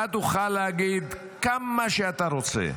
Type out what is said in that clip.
אתה תוכל להגיד כמה שאתה רוצה,